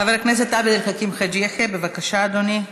חבר הכנסת עבד אל חכים חאג' יחיא, בבקשה, אדוני.